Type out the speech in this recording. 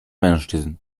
mężczyzn